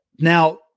Now